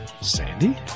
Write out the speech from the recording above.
Sandy